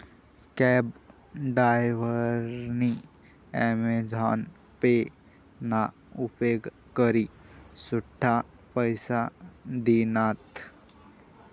cab डायव्हरनी Amazon pay ना उपेग करी सुट्टा पैसा दिनात